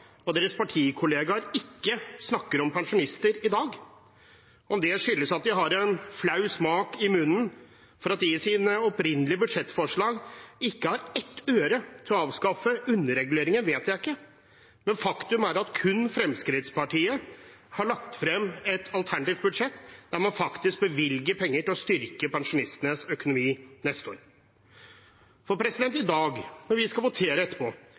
og deres partikollegaer ikke snakker om pensjonister i dag. Om det skyldes at de har en flau smak i munnen for at de i sine opprinnelige budsjettforslag ikke har ett øre til å avskaffe underreguleringen, vet jeg ikke, men faktum er at kun Fremskrittspartiet har lagt frem et alternativt budsjett der man faktisk bevilger penger til å styrke pensjonistenes økonomi neste år. I dag, når vi skal votere etterpå: